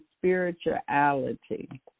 spirituality